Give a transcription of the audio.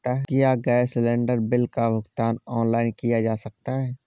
क्या gas cylinder bill का भुगतान ऑनलाइन किया जा सकता है?